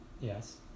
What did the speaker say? Yes